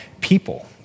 people